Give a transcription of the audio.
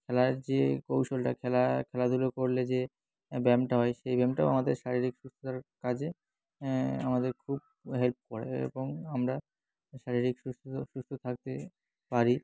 খেলার যে কৌশলটা খেলা খেলাধুলো করলে যে ব্যায়ামটা হয় সেই ব্যায়ামটাও আমাদের শারীরিক সুস্থতার কাজে আমাদের খুব হেল্প করে এবং আমরা শারীরিক সুস্থতা সুস্থ থাকতে পারি